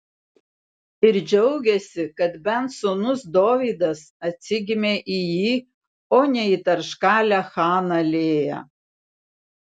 ir džiaugėsi kad bent sūnus dovydas atsigimė į jį o ne į tarškalę chaną lėją